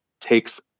takes